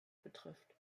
betrifft